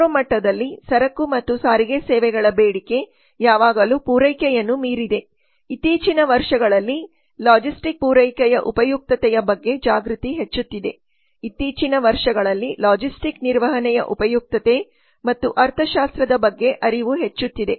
macro ಮಟ್ಟದಲ್ಲಿ ಸರಕು ಮತ್ತು ಸಾರಿಗೆ ಸೇವೆಗಳ ಬೇಡಿಕೆ ಯಾವಾಗಲೂ ಪೂರೈಕೆಯನ್ನು ಮೀರಿದೆ ಇತ್ತೀಚಿನ ವರ್ಷಗಳಲ್ಲಿ ಲಾಜಿಸ್ಟಿಕ್ ಪೂರೈಕೆಯ ಉಪಯುಕ್ತತೆಯ ಬಗ್ಗೆ ಜಾಗೃತಿ ಹೆಚ್ಚುತ್ತಿದೆ ಇತ್ತೀಚಿನ ವರ್ಷಗಳಲ್ಲಿ ಲಾಜಿಸ್ಟಿಕ್ಸ್ ನಿರ್ವಹಣೆಯ ಉಪಯುಕ್ತತೆ ಮತ್ತು ಅರ್ಥಶಾಸ್ತ್ರದ ಬಗ್ಗೆ ಅರಿವು ಹೆಚ್ಚುತ್ತಿದೆ